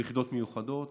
או יחידות מיוחדות,